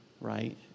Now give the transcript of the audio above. right